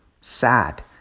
sad